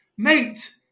Mate